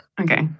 Okay